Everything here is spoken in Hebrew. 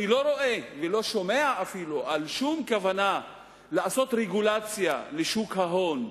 אני לא רואה ואפילו לא שומע על שום כוונה לעשות רגולציה לשוק ההון,